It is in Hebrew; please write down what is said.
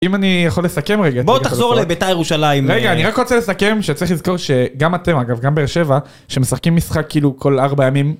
אם אני יכול לסכם רגע... בוא תחזור לביתר ירושלים רגע, אני רק רוצה לסכם שצריך לזכור שגם אתם, אגב, גם בר שבע, שמשחקים משחק כאילו כל ארבע ימים...